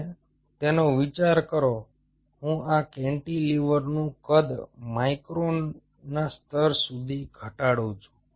હવે તેનો વિચાર કરો હું આ કેન્ટિલીવરનું કદ માઇક્રોનના સ્તર સુધી ઘટાડું છું